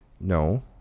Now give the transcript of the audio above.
no